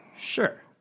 Sure